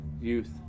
youth